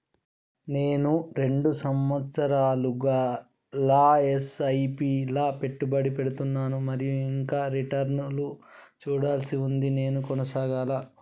నేను రెండు సంవత్సరాలుగా ల ఎస్.ఐ.పి లా పెట్టుబడి పెడుతున్నాను మరియు ఇంకా రిటర్న్ లు చూడాల్సి ఉంది నేను కొనసాగాలా?